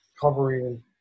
covering